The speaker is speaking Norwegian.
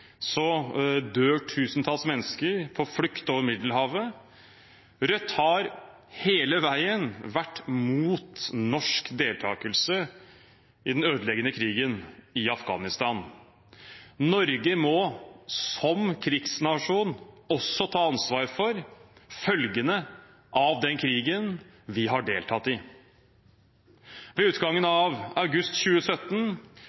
tusentalls mennesker på flukt over Middelhavet. Rødt har hele veien vært imot norsk deltakelse i den ødeleggende krigen i Afghanistan. Norge må – som krigsnasjon – også ta ansvar for følgene av den krigen vi har deltatt i. Ved utgangen